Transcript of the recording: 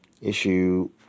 issue